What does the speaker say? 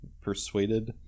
persuaded